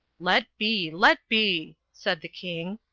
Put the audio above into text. let be, let be! said the king.